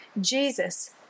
Jesus